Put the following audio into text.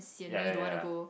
ya ya ya